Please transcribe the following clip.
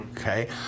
Okay